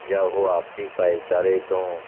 ਜਾਂ ਉਹ ਆਪਸੀ ਭਾਈਚਾਰੇ ਤੋਂ